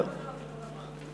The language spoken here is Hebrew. כל הבנות אותו דבר.